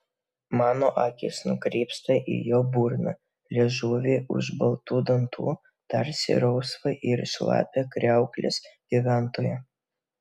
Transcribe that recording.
mano akys nukrypsta į jo burną liežuvį už baltų dantų tarsi rausvą ir šlapią kriauklės gyventoją